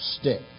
stick